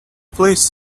please